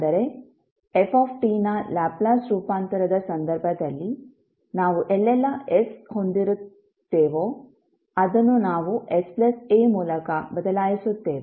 ಅಂದರೆ fನ ಲ್ಯಾಪ್ಲೇಸ್ ರೂಪಾಂತರದ ಸಂದರ್ಭದಲ್ಲಿ ನಾವು ಎಲ್ಲೆಲ್ಲಾ s ಹೊಂದಿರುತ್ತೇವೋ ಅದನ್ನು ನಾವು sa ಮೂಲಕ ಬದಲಾಯಿಸುತ್ತೇವೆ